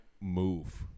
move